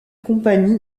compagnie